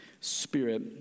spirit